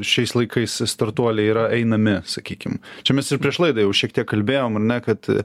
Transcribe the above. šiais laikais startuoliai yra einami sakykim čia mes ir prieš laidą jau šiek tiek kalbėjom ar ne kad